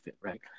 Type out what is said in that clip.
right